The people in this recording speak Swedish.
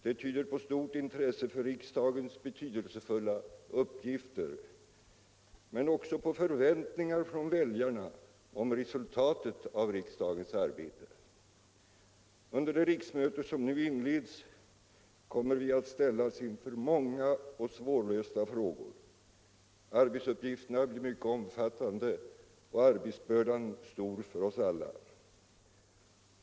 Det tyder på stort intresse för riksdagens betydelsefulla uppgifter men också på förväntningar från väljarna om resultatet av riksdagens arbete. Under det riksmöte som nu inleds kommer vi att ställas inför många och svårlösta frågor. Arbetsuppgifterna blir mycket omfattande och arbetsbördan stor för oss alla.